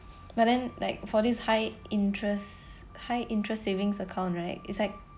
but then like for this high interest high interest savings account right is like